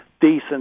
decent